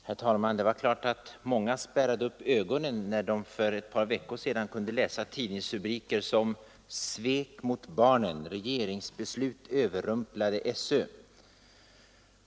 Herr talman! Det var klart att många spärrade upp ögonen när de för ett par veckor sedan kunde läsa tidningsrubriker som ”Svek mot barnen”, ”Regeringsbeslut överrumplade SÖ”.